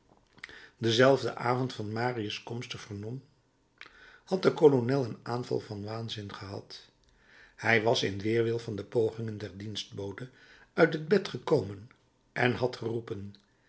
denzelfden avond van marius komst te vernon had de kolonel een aanval van waanzin gehad hij was in weerwil van de pogingen der dienstbode uit het bed gekomen en had geroepen